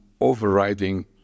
overriding